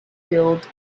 filled